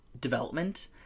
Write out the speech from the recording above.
development